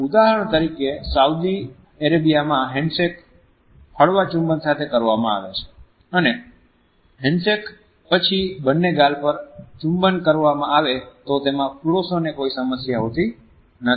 ઉદાહરણ તરીકે સાઉદી અરેબિયામાં હેન્ડશેક હળવા ચુંબન સાથે કરવામાં આવે છે અને હેન્ડશેક પછી બંને ગાલ પર ચુંબન કરવામાં આવે તો તેમાં પુરૂષોને કોઈ સમસ્યા હોતી નથી